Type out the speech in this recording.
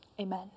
Amen